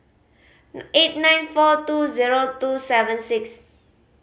eight nine four two zero two seven six